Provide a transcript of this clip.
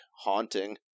haunting